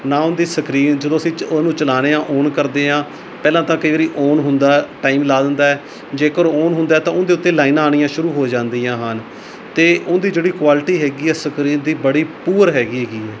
ਨਾ ਉਹਦੀ ਸਕਰੀਨ ਜਦੋਂ ਅਸੀਂ ਉਹਨੂੰ ਚਲਾਉਂਦੇ ਹਾਂ ਔਨ ਕਰਦੇ ਹਾਂ ਪਹਿਲਾਂ ਤਾਂ ਕਈ ਵਾਰੀ ਔਨ ਹੁੰਦਾ ਟਾਈਮ ਲਾ ਦਿੰਦਾ ਜੇਕਰ ਔਨ ਹੁੰਦਾ ਤਾਂ ਉਹਦੇ ਉੱਤੇ ਲਾਈਨਾਂ ਆਉਣੀਆਂ ਸ਼ੁਰੂ ਹੋ ਜਾਂਦੀਆਂ ਹਨ ਅਤੇ ਉਹਦੀ ਜਿਹੜੀ ਕੁਆਲਿਟੀ ਹੈਗੀ ਆ ਸਕਰੀਨ ਦੀ ਬੜੀ ਪੂਅਰ ਹੈਗੀ ਹੈਗੀ ਏ